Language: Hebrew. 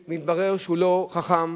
מתברר שהוא לא חכם